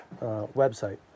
website